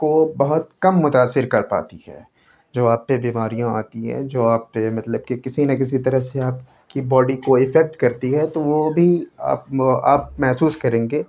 کو بہت کم متاثر کر پاتی ہے جو آپ پہ بیماریاں آتی ہیں جو آپ پہ مطلب کسی نہ کسی طرح سے آپ کی باڈی کو افیکٹ کرتی ہے تو وہ ابھی آپ آپ محسوس کریں گے